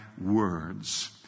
words